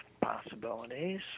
possibilities